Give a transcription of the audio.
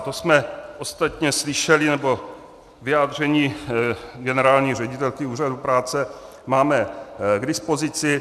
To jsme ostatně slyšeli, nebo vyjádření generální ředitelky úřadu práce máme k dispozici.